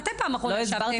מתי פעם האחרונה ישבתם?